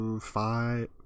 Five